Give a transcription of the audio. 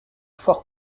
fort